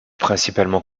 principalement